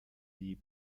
die